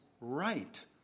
right